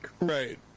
Right